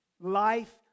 life